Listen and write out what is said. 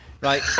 Right